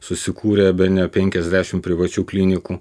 susikūrė bene penkiasdešimt privačių klinikų